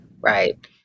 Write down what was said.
right